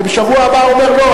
ובשבוע הבא הוא אומר: לא,